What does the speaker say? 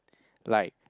like